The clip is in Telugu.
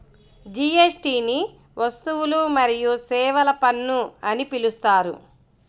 జీఎస్టీని వస్తువులు మరియు సేవల పన్ను అని పిలుస్తారు